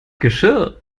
geschirr